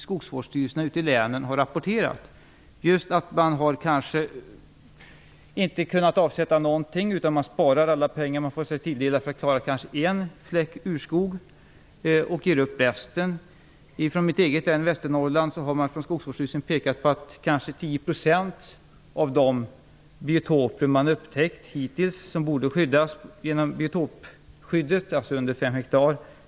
Skogsvårdsstyrelserna ute i länen har där rapporterat just detta att man kanske inte har kunnat avsätta någonting utan sparar alla pengar man får sig tilldelade för att kanske klara en fläck urskog - resten ger man upp. I mitt eget län, Västernorrlands län, har skogsvårdsstyrelsen pekat på att man bara har pengar till kanske 10 % av de biotoper man hittills upptäckt borde skyddas genom biotopskyddet, alltså under fem hektar.